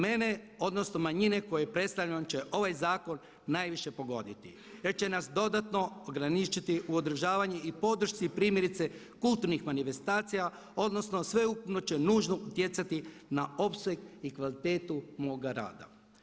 Mene, odnosno manjine koje predstavljam, će ovaj zakon najviše pogoditi te će nas dodatno ograničiti u održavanju i podršci primjerice kulturnih manifestacija odnosno sveukupno će nužno utjecati na opseg i kvalitetu moga rada.